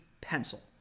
pencil